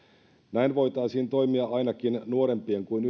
näin voitaisiin toimia ainakin nuorempien kuin